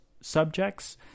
subjects